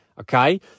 okay